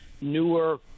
newer